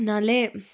नाल ए